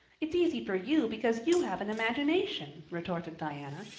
it's easy for you because you have an imagination, retorted diana,